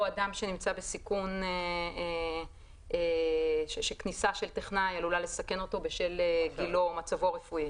או אדם שכניסה של טכנאי עלולה לסכן אותו בשל גילו או מצבו הרפואי.